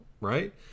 right